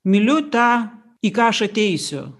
myliu tą į ką aš ateisiu